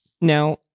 Now